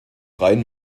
rhein